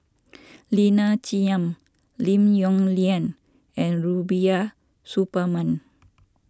Lina Chiam Lim Yong Liang and Rubiah Suparman